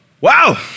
Wow